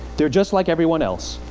they're just like everyone else.